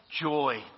Joy